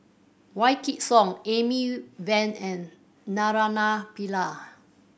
Wykidd Song Amy Van and Naraina Pillai